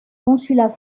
consulat